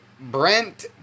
Brent